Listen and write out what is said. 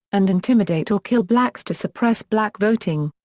and intimidate or kill blacks to suppress black voting.